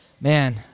man